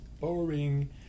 boring